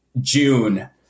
June